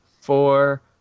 four